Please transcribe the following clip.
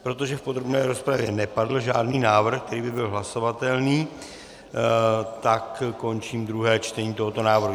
Protože v podrobné rozpravě nepadl žádný návrh, který by byl hlasovatelný, tak končím druhé čtení tohoto návrhu.